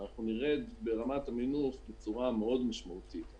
ואנחנו נרד ברמת המינוף בצורה מאוד משמעותית.